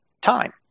time